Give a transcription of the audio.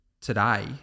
today